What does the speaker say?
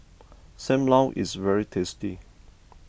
Sam Lau is very tasty